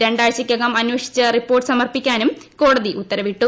രണ്ടാഴ്ചയ്ക്കകം അന്വേഷിച്ച് റിപ്പോർട്ട് സമർപ്പിക്കാനും കോടതി ഉത്തരവിട്ടു